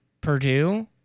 Purdue